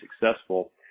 successful